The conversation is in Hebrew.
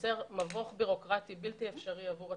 יוצרת מבוך בירוקרטי בלתי אפשרי עבור הציבור.